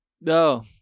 no